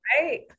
Right